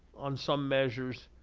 on some measures,